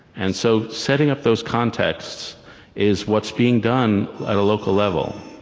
and so setting up those contexts is what's being done at a local level,